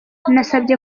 nasabye